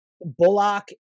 Bullock